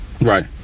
Right